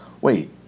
Wait